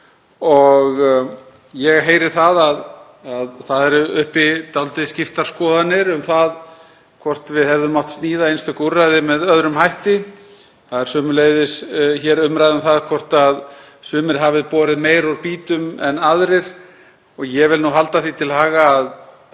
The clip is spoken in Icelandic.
Ég heyri að það eru uppi dálítið skiptar skoðanir um hvort við hefðum mátt sníða einstök úrræði með öðrum hætti. Það er sömuleiðis umræða um það hvort sumir hafi borið meira úr býtum en aðrir. Ég vil halda því til haga að